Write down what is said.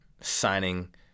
signing